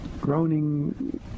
groaning